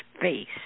face